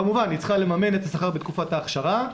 כמובן היא צריכה לממן את השכר בתקופת ההכשרה.